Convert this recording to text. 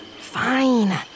Fine